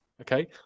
okay